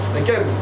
again